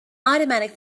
automatic